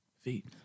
Feet